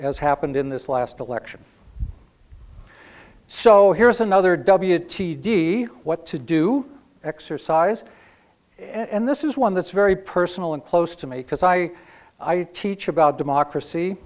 as happened in this last election so here's another w t d what to do exercise and this is one that's very personal and close to me because i teach about democracy